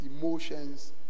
emotions